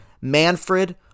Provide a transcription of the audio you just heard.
Manfred